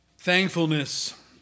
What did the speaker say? Thankfulness